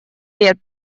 лет